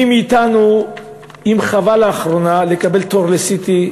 מי מאתנו אם חווה לאחרונה לקבל תור ל-CT,